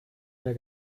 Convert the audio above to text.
mehr